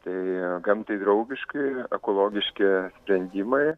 tai gamtai draugiški ekologiški sprendimai